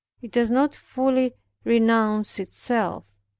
it does not fully renounce itself.